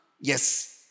Yes